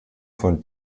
von